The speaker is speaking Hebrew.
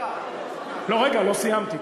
רגע, לא סיימתי.